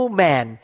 man